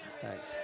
Thanks